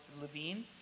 Levine